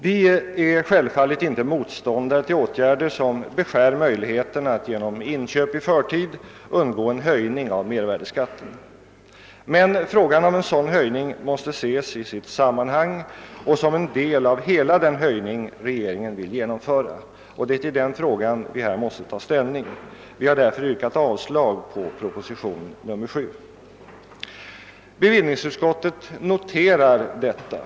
Vi är självfallet inte motståndare till åtgärder som beskär möjligheterna att genom inköp i förtid undgå en höjning av mervärdeskatten. Men frågan om en sådan höjning måste ses i sitt sammanhang och som en del av hela den höjning regeringen vill genomföra, och det är till den saken vi här måste ta ställning. Vår grupp har därför yrkat avslag på propositionen 7. Bevillningsutskottet noterar vårt avslagsyrkande.